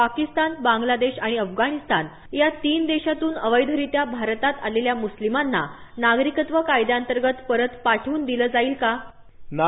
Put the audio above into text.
पाकिस्तान बांगलादेश आणि अफगाणिस्तानातले या तीन देशातून अवैधरित्या भारतात आलेल्या मुस्लिमांना नागरिकत्व कायद्यांतर्गत परत पाठवून दिलं जाईल का नाही